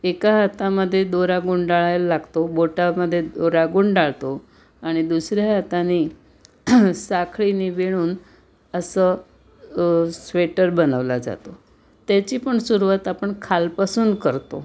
एका हातामध्ये दोरा गुंडाळायला लागतो बोटामध्ये दोरा गुंडाळतो आणि दुसऱ्या हाताने साखळीने विणून असं स्वेटर बनवला जातो त्याची पण सुरवात आपण खालपासून करतो